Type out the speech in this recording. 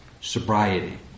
sobriety